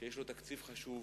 שיש לו תקציב חשוב,